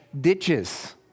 ditches